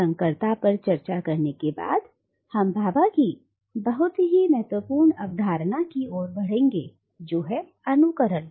और संकरता पर चर्चा करने के बाद हम भाभा की बहुत ही महत्वपूर्ण अवधारणा की ओर बढ़ेंगे जो है अनुकरण